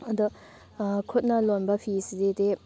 ꯑꯗꯣ ꯈꯨꯠꯅ ꯂꯣꯟꯕ ꯐꯤꯁꯤꯗꯤ